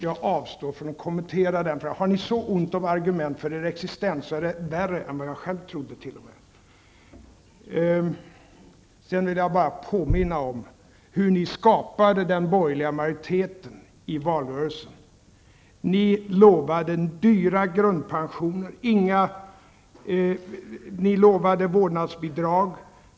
Jag avstår från att kommentera det, för har ni så ont om argument för er existens är det t.o.m. värre än vad jag själv trodde. Sedan vill jag bara påminna om hur ni i valrörelsen skapade den borgerliga majoriteten. Ni lovade dyra grundpensioner. Ni lovade vårdnadsbidrag.